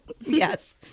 Yes